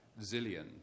zillion